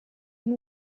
and